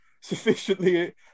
sufficiently